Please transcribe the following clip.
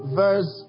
verse